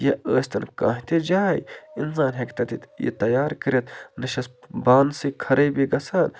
یہِ ٲسۍتَن کانٛہہ تہِ جاے اِنسان ہیٚکہِ تَتٮ۪تھ یہِ تیار کٔرِتھ نہٕ چھَس بانہٕ سٕے خرٲبی گژھان